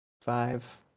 five